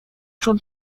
چون